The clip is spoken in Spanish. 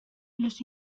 los